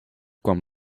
kwam